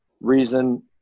reason